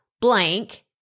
blank